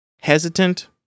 hesitant